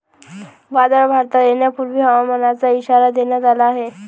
वादळ भारतात येण्यापूर्वी हवामानाचा इशारा देण्यात आला आहे